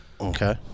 okay